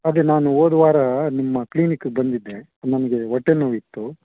ಅದೆ ನಾನು ಹೋದ್ ವಾರ ನಿಮ್ಮ ಕ್ಲಿನಿಕಿಗೆ ಬಂದಿದ್ದೆ ನಮಗೆ ಹೊಟ್ಟೆ ನೋವು ಇತ್ತು